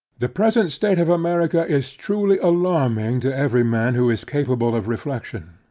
the present state of america is truly alarming to every man who is capable of reflexion.